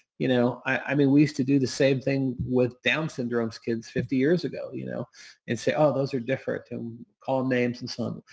you know i mean, we used to do the same thing with down syndrome kids fifty years ago you know and say, oh, those are different, and call names and some.